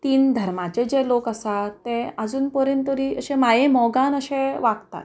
तीन धर्माचे जे लोक आसा ते आजून परेन तरी अशे माये मोगान अशे वागतात